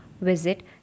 Visit